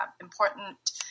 important